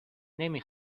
نمی